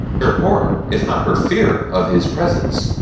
her horror if not her fear of his presence,